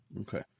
Okay